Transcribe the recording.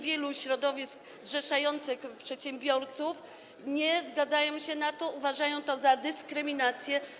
Wiele środowisk zrzeszających przedsiębiorców nie zgadza się na to, uważa to za dyskryminację.